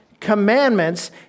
commandments